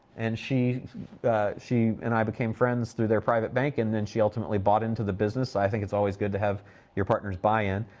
and she she and i became friends through their private bank, and then she ultimately bought into the business. i think it's always good to have your partners buy in.